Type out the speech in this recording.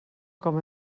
com